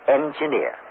engineer